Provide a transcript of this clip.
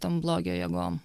tom blogio jėgom